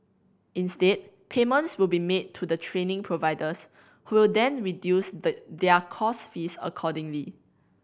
instead payments will be made to the training providers who will then reduce the their course fees accordingly